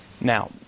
Now